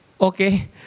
okay